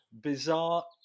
bizarre